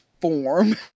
form